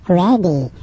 ready